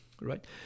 right